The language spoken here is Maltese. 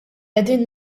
qegħdin